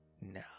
No